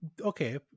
okay